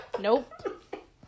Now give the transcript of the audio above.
Nope